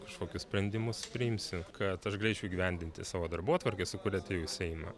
kažkokius sprendimus priimsiu kad aš galėčiau įgyvendinti savo darbotvarkę su kuria atėjau į seimą